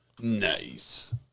nice